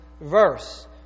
verse